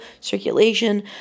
circulation